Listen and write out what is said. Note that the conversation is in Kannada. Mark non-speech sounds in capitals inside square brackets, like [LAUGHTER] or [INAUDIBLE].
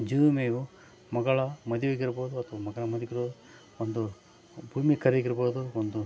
ಜೀವ ವಿಮೆಯು ಮಗಳ ಮದುವೆಗಿರ್ಬೋದು ಅಥ್ವಾ ಮಗನ [UNINTELLIGIBLE] ಒಂದು ಪುಣ್ಯಕರಿಗೆ ಇರ್ಬೋದು ಒಂದು